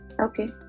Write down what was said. Okay